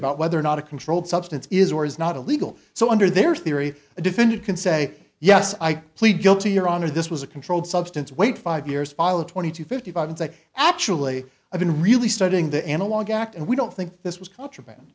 about whether or not a controlled substance is or is not illegal so under their theory a defendant can say yes i plead guilty your honor this was a controlled substance wait five years follow twenty to fifty five and say actually i've been really studying the analog act and we don't think this was contraband